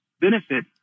benefit